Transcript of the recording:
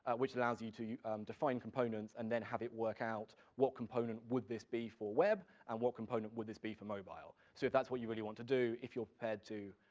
which allows you to define components and then have it work out, what component would this be for web, and what component would this be for mobile? so if that's what you really want to do, if you're prepared to,